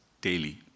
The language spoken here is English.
daily